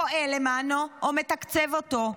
פועל למענו או מתקצב אותו.